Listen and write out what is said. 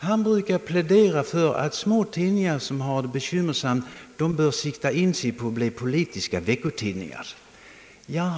Han brukar plädera för att småtidningar som har det bekymmersamt bör sikta in sig på att bli politiska veckotidningar.